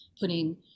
putting